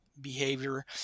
behavior